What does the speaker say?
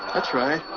that's right.